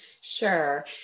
Sure